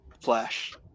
Flash